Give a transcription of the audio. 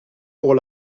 pour